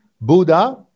Buddha